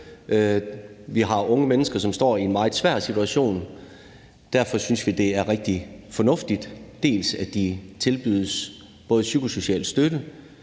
Vi har unge mennesker, som står i en meget svær situation. Derfor synes vi, det er rigtig fornuftigt, dels at de tilbydes både psykosocial støtte,